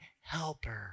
helper